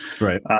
right